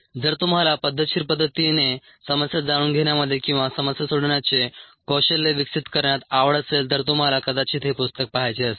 जर तुम्हाला पद्धतशीर पद्धतीने समस्या जाणून घेण्यामध्ये किंवा समस्या सोडवण्याचे कौशल्य विकसित करण्यात आवड असेल तर तुम्हाला कदाचित हे पुस्तक पाहायचे असेल